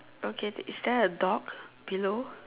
okay is there a dog below